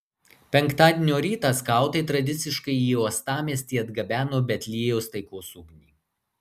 penktadienio rytą skautai tradiciškai į uostamiestį atgabeno betliejaus taikos ugnį